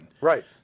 right